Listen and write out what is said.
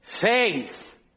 Faith